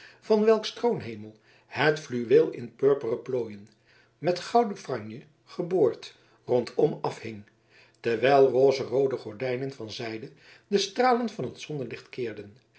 van welks troonhemel het fluweel in purperen plooien met gouden franje geboord rondom afhing terwijl rozeroode gordijnen van zijde de stralen van het zonnelicht keerden